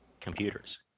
computers